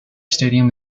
stadium